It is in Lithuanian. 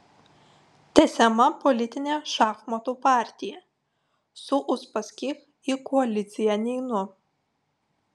tęsiama politinė šachmatų partija su uspaskich į koaliciją neinu